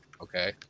okay